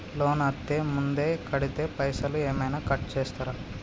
Loan అత్తే ముందే కడితే పైసలు ఏమైనా కట్ చేస్తరా?